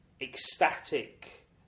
ecstatic